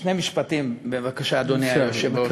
שני משפטים, בבקשה, אדוני היושב-ראש.